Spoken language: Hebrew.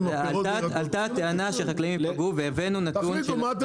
עלתה טענה שחקלאים ייפגעו והבאנו נתון של הממ"מ.